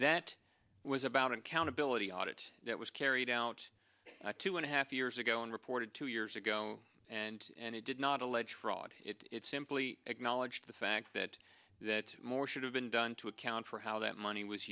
that was about accountability audit that was carried out two and a half years ago and reported two years ago and and it did not allege fraud it's simply acknowledge the fact that that more should have been done to account for how that money was